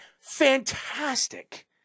Fantastic